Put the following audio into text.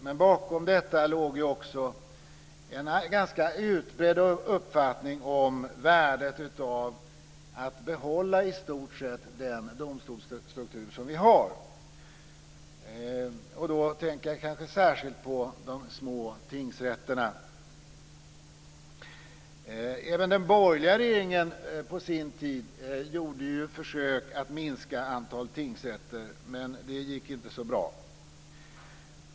Men bakom detta låg också en ganska utbredd uppfattning om värdet av att behålla i stort sett den domstolsstruktur som vi har. Då tänker jag kanske särskilt på de små tingsrätterna. Även den borgerliga regeringen gjorde ju på sin tid försök att minska antalet tingsrätter, men det gick inte så bra.